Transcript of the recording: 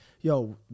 yo